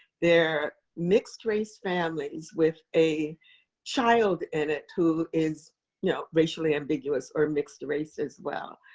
they're mixed race families with a child in it, who is you know racially ambiguous or mixed race as well.